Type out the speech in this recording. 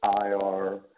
IR